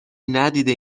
ندیده